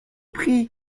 prix